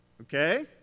okay